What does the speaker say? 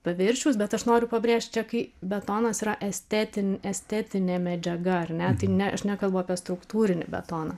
paviršiaus bet aš noriu pabrėžt čia kai betonas yra estetin estetinė medžiaga ar ne tai ne aš nekalbu apie struktūrinį betoną